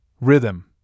rhythm